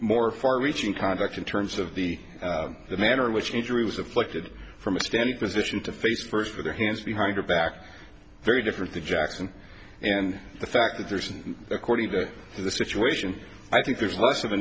more far reaching conduct in terms of the the manner in which injury was afflicted from a standing position to face first with their hands behind her back very different the jackson and the fact that there's according to the situation i think there's less of a